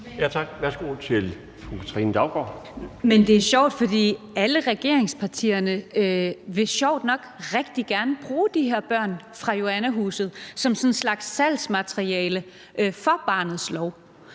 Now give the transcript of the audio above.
Tak. Værsgo til fru Katrine Daugaard. Kl. 12:52 Katrine Daugaard (LA): Alle regeringspartier vil sjovt nok rigtig gerne bruge de her børn fra Joannahuset som sådan en slags salgsmateriale for barnets lov.